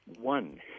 one